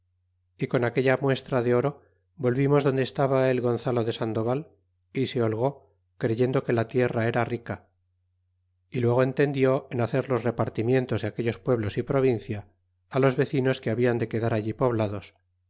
y con aquella muestra de oro volvimos donde estaba el gonzalo de sandoval y se holgó creyendo que la tierra era rica y luego entendió en hacer los repartimientos de aquellos pueblos y provincia los vecinos que habian de quedar allí poblados